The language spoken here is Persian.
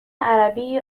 عربی